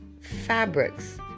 fabrics